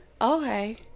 okay